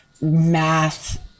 math